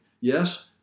Yes